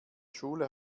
schule